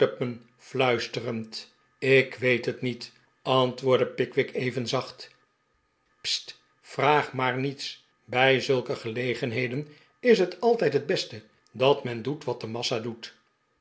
ik weet het niet antwoordde pickwick even zacht st vraag maar niets bij zulke gelegenheden is het altijd het beste dat men doet wat de massa doet